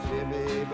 Jimmy